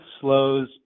slows